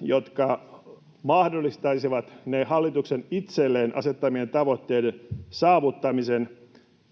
jotka mahdollistaisivat hallituksen itselleen asettamien tavoitteiden saavuttamisen?